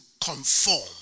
conform